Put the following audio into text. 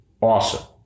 Awesome